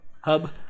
Hub